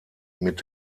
mit